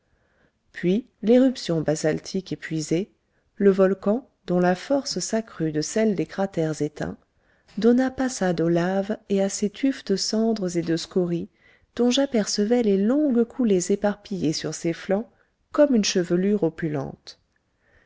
puis l'éruption basaltique épuisée le volcan dont la force s'accrut de celle des cratères éteints donna passade aux laves et à ces tufs de cendres et de scories dont j'apercevais les longues coulées éparpillées sur ses flancs comme une chevelure opulente